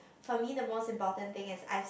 for me the most important thing is I